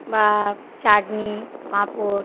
বা চাটনি পাঁপড়